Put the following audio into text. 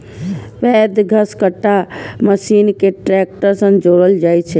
पैघ घसकट्टा मशीन कें ट्रैक्टर सं जोड़ल जाइ छै